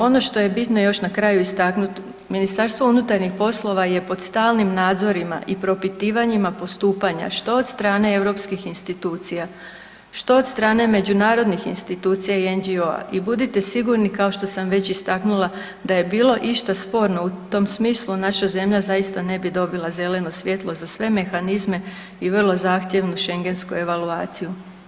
Ono što je bitno još na kraju istaknuti, Ministarstvo unutarnjih poslova je pod stalnim nadzorima i propitivanjima postupanja što od strane europskih institucija, što od strane međunarodnih institucija i NGO-a i budite sigurni kao što sam već istaknula da je bilo išta sporno u tom smislu naša zemlja zaista ne bi dobila zeleno svjetlo za sve mehanizme i vrlo zahtjevnu Schengensku evaluaciju.